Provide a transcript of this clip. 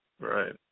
Right